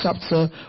chapter